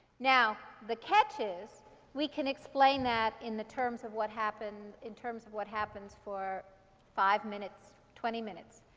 now, the catch is we can explain that in the terms of what happened in terms of what happens for five minutes, twenty minutes.